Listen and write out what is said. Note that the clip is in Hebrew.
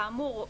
כאמור,